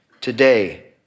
today